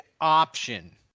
option